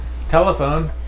Telephone